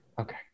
Okay